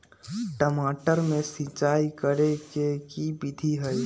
टमाटर में सिचाई करे के की विधि हई?